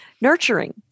nurturing